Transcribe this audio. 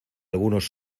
algunos